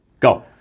Go